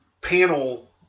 panel